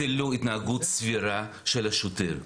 זה לא התנהגות סבירה של השוטר.